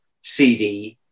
CD